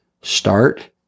start